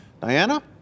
Diana